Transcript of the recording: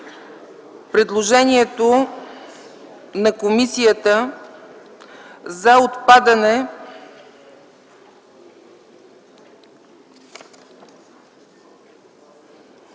предложението на комисията за отпадане